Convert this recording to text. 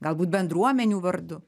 galbūt bendruomenių vardu